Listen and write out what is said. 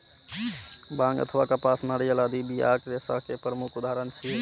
बांग अथवा कपास, नारियल आदि बियाक रेशा के प्रमुख उदाहरण छियै